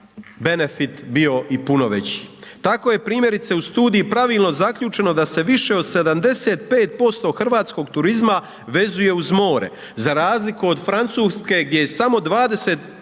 benefit bio i puno veći. Tako je primjerice u studiji pravilno zaključeno da se više od 75% hrvatskog turizma vezuje uz more, za razliku od Francuske gdje je samo 20%